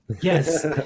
Yes